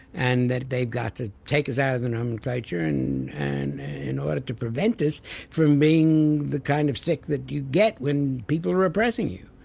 and that they've got to take us out of the nomenclature in and in order to prevent this from being the kind of sick you get when people are oppressing you.